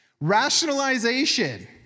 Rationalization